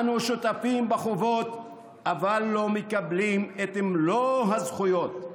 אנו שותפים בחובות אבל לא מקבלים את מלוא הזכויות,